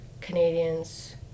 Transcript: Canadians